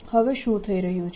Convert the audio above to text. હવે શું થઈ રહ્યું છે